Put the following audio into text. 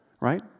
right